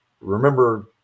remember